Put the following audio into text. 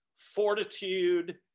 fortitude